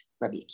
Rabbi